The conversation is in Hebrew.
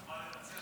חוכמה לנצח אותן.